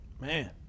man